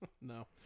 No